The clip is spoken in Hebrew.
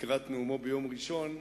לקראת נאומו ביום ראשון,